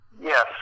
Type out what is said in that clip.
Yes